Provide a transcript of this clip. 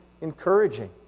encouraging